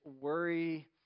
worry